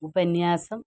ഉപന്യാസം